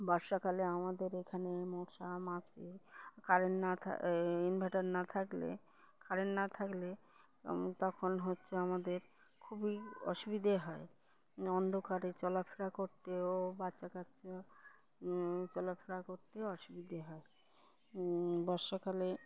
বর্ষাকালে আমাদের এখানে মশা মাছি কারেন্ট না থা ইনভার্টার না থাকলে কারেন্ট না থাকলে তখন হচ্ছে আমাদের খুবই অসুবিধে হয় অন্ধকারে চলাফেরা করতেও বাচ্চা কাচ্চা চলাফেরা করতে অসুবিধে হয় বর্ষাকালে